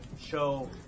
show